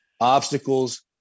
obstacles